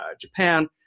Japan